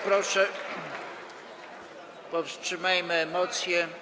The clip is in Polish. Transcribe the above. Poproszę, powstrzymajmy emocje.